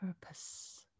purpose